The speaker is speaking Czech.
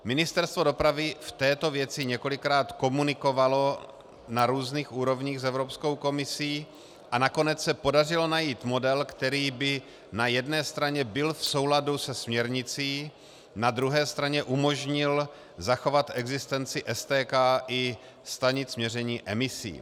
Ministerstvo dopravy v této věci několikrát komunikovalo na různých úrovních s Evropskou komisí a nakonec se podařilo najít model, který by na jedné straně byl v souladu se směrnicí, na druhé straně umožnil zachovat existenci STK i stanic měření emisí.